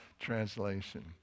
Translation